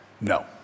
No